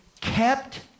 kept